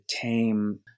tame